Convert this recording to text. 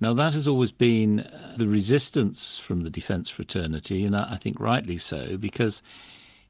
now that has always been the resistance from the defence fraternity, and i think rightly so, because